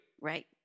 Right